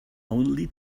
only